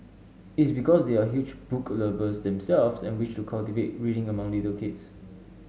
it's because they are huge book lovers themselves and wish to cultivate reading among little kids